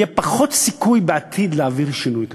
יהיה פחות סיכוי בעתיד להעביר שינוי כזה,